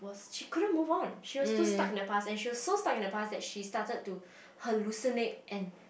was she couldn't move on she was too stuck in the past and she was so stuck in the past that she started to hallucinate and